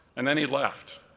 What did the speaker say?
and then he left,